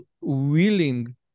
willing